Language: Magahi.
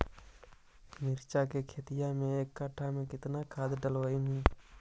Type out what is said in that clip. मिरचा के खेती मे एक कटा मे कितना खाद ढालबय हू?